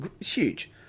Huge